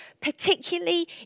particularly